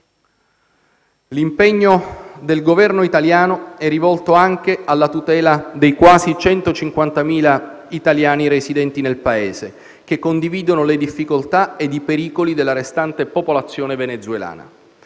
L'impegno del Governo italiano è rivolto anche alla tutela dei quasi 150.000 italiani residenti nel Paese che condividono le difficoltà e i pericoli della restante popolazione venezuelana.